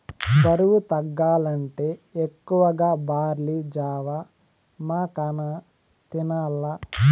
బరువు తగ్గాలంటే ఎక్కువగా బార్లీ జావ, మకాన తినాల్ల